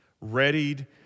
readied